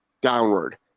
Downward